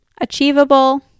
achievable